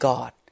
God